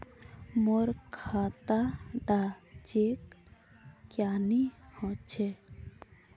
मोर खाता डा चेक क्यानी होचए?